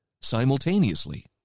simultaneously